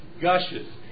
gushes